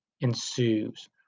ensues